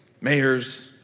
mayors